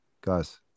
Guys